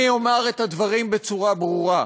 אני אומר את הדברים בצורה ברורה: